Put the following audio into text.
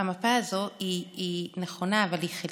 המפה הזאת נכונה אבל היא חלקית.